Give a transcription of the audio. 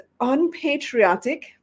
unpatriotic